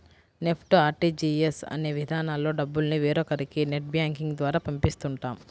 NEFT, RTGS అనే విధానాల్లో డబ్బుల్ని వేరొకరికి నెట్ బ్యాంకింగ్ ద్వారా పంపిస్తుంటాం